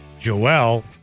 Joel